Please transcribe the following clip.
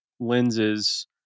Lenses